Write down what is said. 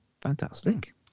Fantastic